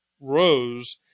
rose